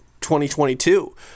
2022